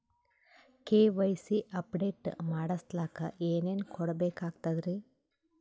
KYC update ಮಾಡಸ್ಲಕ ಏನೇನ ಕೊಡಬೇಕಾಗ್ತದ್ರಿ?